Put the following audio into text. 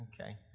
Okay